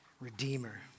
Redeemer